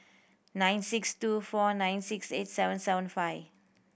nine six two four nine six eight seven seven five